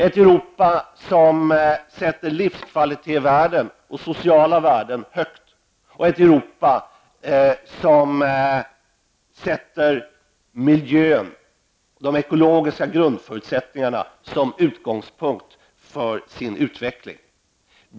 Ett Europa som sätter livskvalitetsvärden och sociala värden högt och ett Europa som sätter miljön, de ekologiska grundförutsättningarna, som utgångspunkt för sin utveckling.